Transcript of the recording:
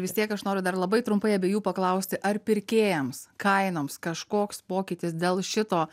vis tiek aš noriu dar labai trumpai abiejų paklausti ar pirkėjams kainoms kažkoks pokytis dėl šito